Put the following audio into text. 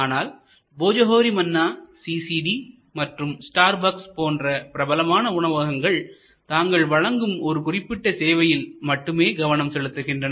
ஆனால் போஜோஹோரி மன்னாCCD மற்றும் ஸ்டார்பக்ஸ் போன்ற பிரபலமான உணவகங்கள் தாங்கள் வழங்கும் ஒரு குறிப்பிட்ட சேவையில் மட்டுமே கவனம் செலுத்துகின்றனர்